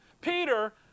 Peter